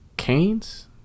Canes